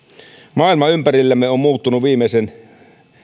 maailma ympärillämme on muuttunut viimeisen